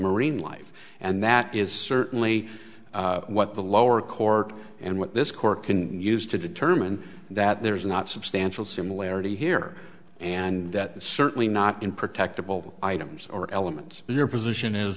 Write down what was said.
marine life and that is certainly what the lower court and what this court can use to determine that there is not substantial similarity here and that certainly not in protectable items or elements your position is